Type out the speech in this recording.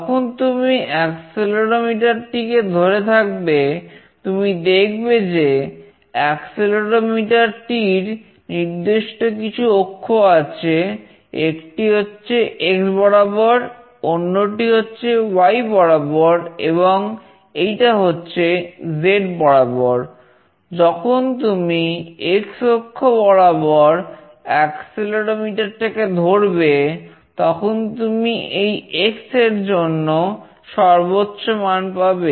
যখন তুমি অ্যাক্সেলেরোমিটার টাকে ধরবে তখন তুমি এই X এর জন্য সর্বোচ্চ মান পাবে